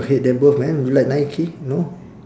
hate them both man you like nike no